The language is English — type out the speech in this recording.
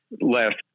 last